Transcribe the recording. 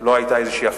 לא היתה פה איזו אפליה.